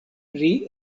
pri